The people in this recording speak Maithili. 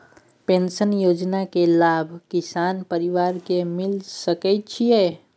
पेंशन योजना के लाभ किसान परिवार के मिल सके छिए?